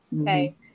okay